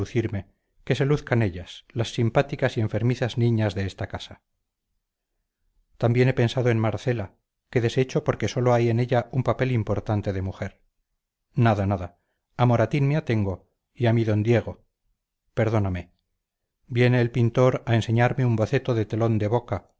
lucirme que se luzcan ellas las simpáticas y enfermizas niñas de esta casa también he pensado en marcela que desecho porque sólo hay en ella un papel importante de mujer nada nada a moratín me atengo y a mi d diego perdóname viene el pintor a enseñarme un boceto de telón de boca